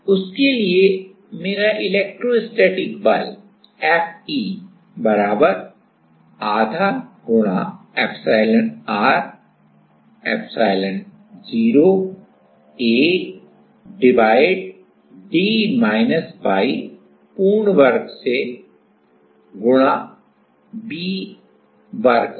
तो उसके लिए मेरा इलेक्ट्रोस्टैटिक बल Fe बराबर आधा एप्सिलॉन r एप्सिलॉन0 A भाग d माइनस y पूर्ण वर्ग से गुणा V वर्ग में